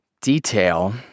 detail